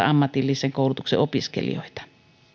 ammatillisen koulutuksen opiskelijoita